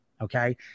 okay